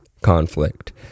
conflict